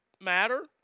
matter